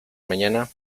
mañana